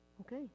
Okay